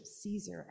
caesar